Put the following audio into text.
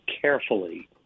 carefully